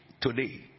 today